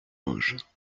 vosges